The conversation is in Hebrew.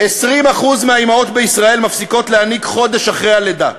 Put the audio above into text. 20% מהאימהות בישראל מפסיקות להניק חודש לאחר הלידה,